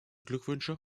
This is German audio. glückwünsche